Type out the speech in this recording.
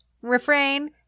refrain